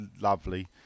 lovely